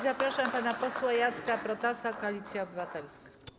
Zapraszam pana posła Jacka Protasa, Koalicja Obywatelska.